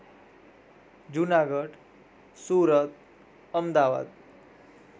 Junagadh Surat Ahmedabad